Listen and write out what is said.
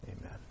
Amen